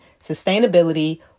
sustainability